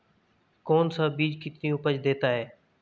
कौन सा बीज कितनी उपज देता है?